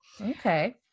Okay